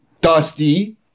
Dusty